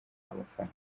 abafana